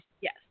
Yes